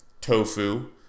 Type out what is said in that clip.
tofu